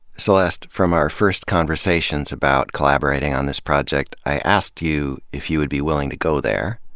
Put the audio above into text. celeste, from our first conversations about collaborating on this project, i asked you if you would be wi lling to go there,